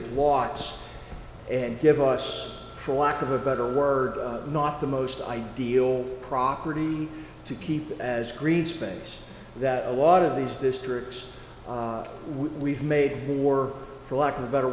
of walks and give us for lack of a better word not the most ideal property to keep as green space that a lot of these districts we've made work for lack of a better